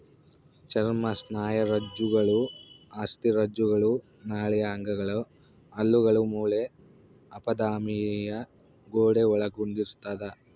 ಚರ್ಮ ಸ್ನಾಯುರಜ್ಜುಗಳು ಅಸ್ಥಿರಜ್ಜುಗಳು ನಾಳೀಯ ಅಂಗಗಳು ಹಲ್ಲುಗಳು ಮೂಳೆ ಅಪಧಮನಿಯ ಗೋಡೆ ಒಳಗೊಂಡಿರ್ತದ